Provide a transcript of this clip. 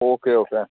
okay okay